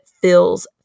feels